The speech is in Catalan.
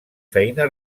feina